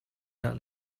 that